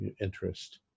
interest